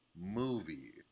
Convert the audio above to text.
movie